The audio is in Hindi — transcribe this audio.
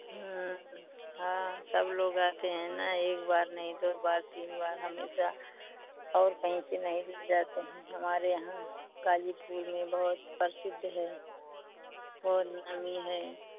हाँ सब लोग आते हैं ना एक बार नहीं दो बार तीन बार हमेशा और कहीं से नहीं ले जाते हैं हमारे यहाँ गाज़ीपुर में बहुत प्रसिद्ध है बहुत नामी है